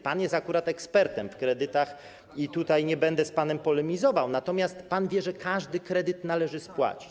Pan jest akurat ekspertem w kredytach i tutaj nie będę z panem polemizował, natomiast pan wie, że każdy kredyt należy spłacić.